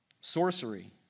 Sorcery